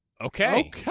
Okay